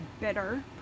bitter